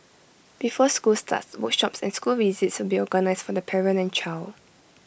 before school starts workshops and school visits will be organised for the parent and child